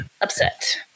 upset